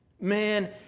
Man